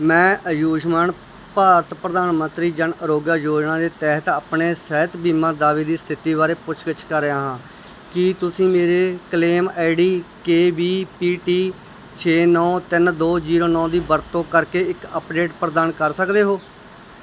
ਮੈਂ ਆਯੁਸ਼ਮਾਨ ਭਾਰਤ ਪ੍ਰਧਾਨ ਮੰਤਰੀ ਜਨ ਆਰੋਗਯ ਯੋਜਨਾ ਦੇ ਤਹਿਤ ਆਪਣੇ ਸਿਹਤ ਬੀਮਾ ਦਾਅਵੇ ਦੀ ਸਥਿਤੀ ਬਾਰੇ ਪੁੱਛ ਗਿੱਛ ਕਰ ਰਿਹਾ ਹਾਂ ਕੀ ਤੁਸੀਂ ਮੇਰੇ claim ID K V P T ਛੇ ਨੌ ਤਿੰਨ ਦੋ ਜੀਰੋ ਨੌ ਦੀ ਵਰਤੋਂ ਕਰਕੇ ਇੱਕ ਅੱਪਡੇਟ ਪ੍ਰਦਾਨ ਕਰ ਸਕਦੇ ਹੋ